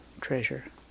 treasure